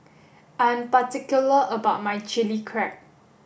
I'm particular about my chilli crab